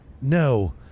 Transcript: No